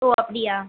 ஓ அப்பிடியா